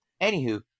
Anywho